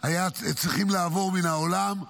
צריכות לעבור מהעולם,